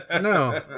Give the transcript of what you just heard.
no